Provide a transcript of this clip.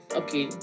okay